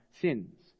sins